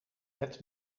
het